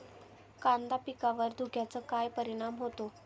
कांदा पिकावर धुक्याचा काय परिणाम होतो?